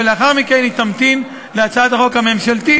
ולאחר מכן היא תמתין להצעת החוק הממשלתית,